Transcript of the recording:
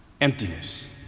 emptiness